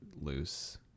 loose